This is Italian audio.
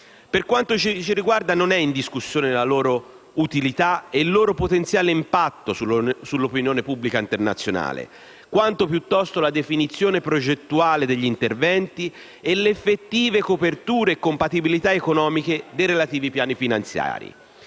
Per quanto ci riguarda, non è in discussione la loro utilità e il loro potenziale impatto sull'opinione pubblica internazionale, quanto piuttosto la definizione progettuale degli interventi e le effettive coperture e compatibilità economiche dei relativi piani finanziari.